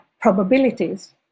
probabilities